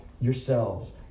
yourselves